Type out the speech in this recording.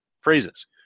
phrases